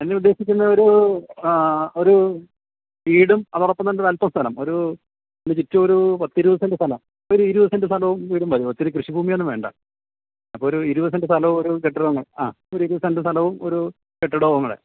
ഞാനുദ്ദേശിക്കുന്നതൊരു ഒരു വീടും അതോടൊപ്പം തന്നെ ഒരൽപ്പം സ്ഥലം ഒരു ചുറ്റും ഒരു പത്തിരുപത് സെന്റ് സ്ഥലം ഒരിരുപത് സെന്റ് സ്ഥലവും വീടും മതി ഒത്തിരി കൃഷിഭൂമി ഒന്നും വേണ്ട അപ്പോഴൊരു ഇരുപത് സെന്റ് സ്ഥലവും ഒരു കെട്ടിടവും മതി ആ ഒരിരുപത് സെന്റ് സ്ഥലവും ഒരു കെട്ടിടവും കൂടെ